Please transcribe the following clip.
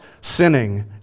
sinning